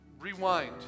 rewind